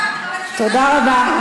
תודה רבה.